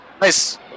Nice